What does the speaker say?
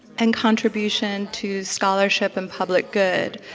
and contribution to scholarship and public good,